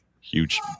huge